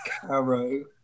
Caro